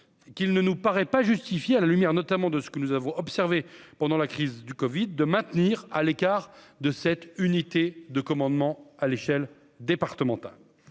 qu'il ne nous paraît pas justifiée à la lumière notamment de ce que nous avons observé pendant la crise du Covid de maintenir à l'écart de cette unité de commandement à l'échelle départementale